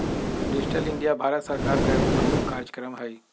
digital India Bharat सरकार का एगो प्रमुख काजक्रम हइ